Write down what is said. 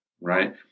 right